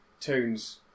tunes